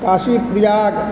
Kashi Prayag